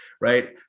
right